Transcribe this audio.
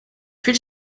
huile